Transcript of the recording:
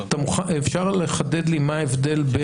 אפשר לחדד לי מה ההבדל?